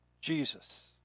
Jesus